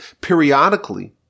periodically